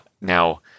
Now